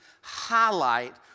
highlight